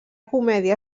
comèdia